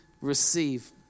receive